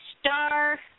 star